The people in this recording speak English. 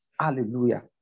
Hallelujah